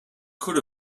could